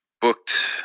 booked